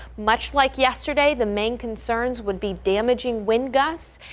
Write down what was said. much like yesterday, the main concerns would be damaging wind gusts.